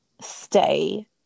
stay